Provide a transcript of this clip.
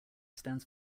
stands